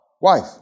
wife